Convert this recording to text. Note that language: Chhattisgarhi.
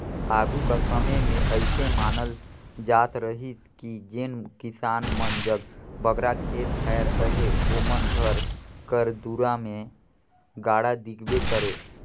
आघु कर समे मे अइसे मानल जात रहिस कि जेन किसान मन जग बगरा खेत खाएर अहे ओमन घर कर दुरा मे गाड़ा दिखबे करे